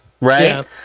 right